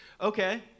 Okay